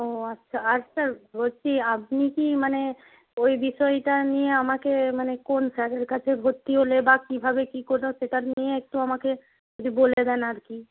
ও আচ্ছা আর স্যার বলছি আপনি কি মানে ওই বিষয়টা নিয়ে আমাকে মানে কোন স্যারের কাছে ভর্তি হলে বা কীভাবে কী করার সেটা নিয়ে একটু আমাকে যদি বলে দেন আর কি